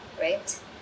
Right